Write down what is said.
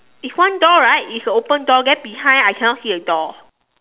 it's one door right it's a open door then behind I cannot see a door